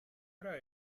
hora